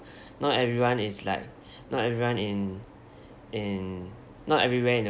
not everyone is like not everyone in in not everywhere in the